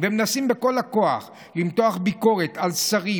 ומנסים בכל הכוח למתוח ביקורת על שרים,